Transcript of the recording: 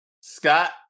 Scott